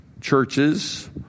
churches